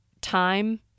time